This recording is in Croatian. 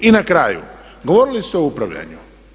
I na kraju, govorili ste o upravljanju.